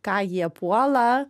ką jie puola